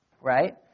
right